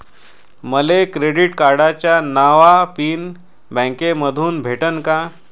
मले क्रेडिट कार्डाचा नवा पिन बँकेमंधून भेटन का?